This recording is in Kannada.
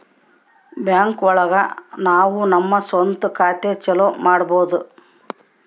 ಬ್ಯಾಂಕ್ ಒಳಗ ನಾವು ನಮ್ ಸ್ವಂತ ಖಾತೆ ಚಾಲೂ ಮಾಡ್ಬೋದು